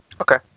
Okay